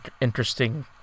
interesting